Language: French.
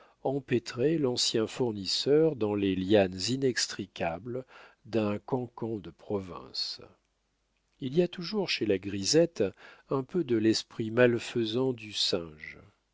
empêtrer l'ancien fournisseur dans les lianes inextricables d'un cancan de province il y a toujours chez la grisette un peu de l'esprit malfaisant du singe